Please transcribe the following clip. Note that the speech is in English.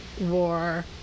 War